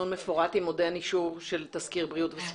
מפורט אם עוד אין אישור של תסקיר בריאות וסביבה?